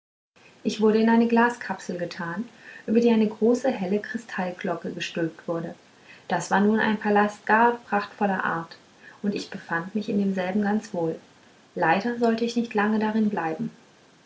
ich wurde in eine glaskapsel getan über die eine große helle kristallglocke gestülpt wurde das war nun ein palast gar prachtvoller art und ich befand mich in demselben ganz wohl leider sollte ich nicht lange darin bleiben